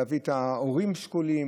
להביא את ההורים השכולים,